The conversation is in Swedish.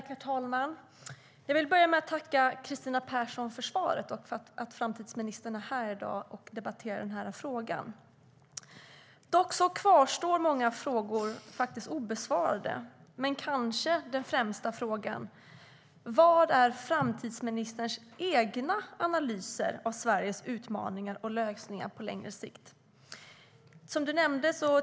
Herr talman! Jag vill börja med att tacka framtidsminister Kristina Persson för svaret och för att hon är här i dag och debatterar denna fråga. Många frågor kvarstår dock obesvarade, och den kanske främsta frågan är: Vad är framtidsministerns egna analyser av Sveriges utmaningar och lösningar på längre sikt?